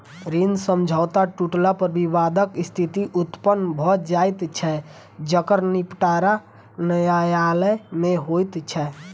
ऋण समझौता टुटला पर विवादक स्थिति उत्पन्न भ जाइत छै जकर निबटारा न्यायालय मे होइत छै